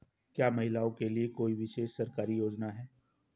क्या महिलाओं के लिए कोई विशेष सरकारी योजना है?